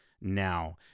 now